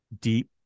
deep